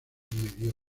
mediocre